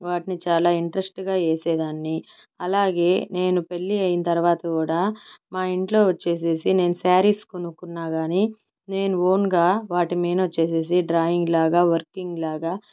వాటిని చాలా ఇంట్రెస్టింగ్గా వేసేదాన్ని అలాగే నేను పెళ్ళి అయినా తరువాత కూడా మా ఇంట్లో వచ్చేసేసి నేను శ్యారీస్ కొనుకున్నా కానీ నేను ఓన్గా వాటిమీదొచ్చేసేసి డ్రాయింగ్లాగా వర్కింగ్లాగా